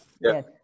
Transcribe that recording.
Yes